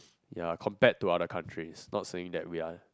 ya compared to other countries not saying that we are